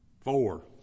Four